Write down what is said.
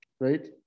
right